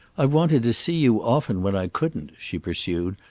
i've wanted to see you often when i couldn't, she pursued,